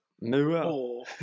No